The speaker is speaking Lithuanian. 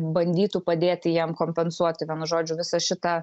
bandytų padėti jiem kompensuoti vienu žodžiu visą šitą